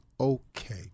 Okay